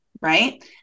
right